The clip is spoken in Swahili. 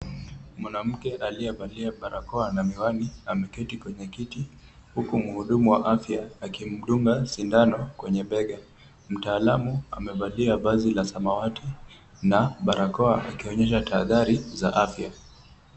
Mwanamke aliyevalia barakoa na miwani ameketi kwenye kiti, huku mhudumu wa afya akimdunga sindano kwenye bega. Mtaalamu amevalia vazi la samawati na barakoa akionyesha tahadhari za afya.